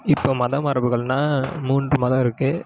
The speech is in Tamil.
இப்போ மதம் மரபுகள்னால் மூன்று மதம் இருக்குது